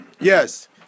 Yes